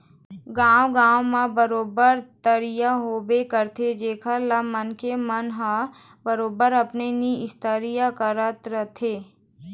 गाँव गाँव म बरोबर तरिया होबे करथे जेखर ले मनखे मन ह बरोबर अपन निस्तारी करत रहिथे